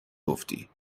گفتی